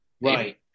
Right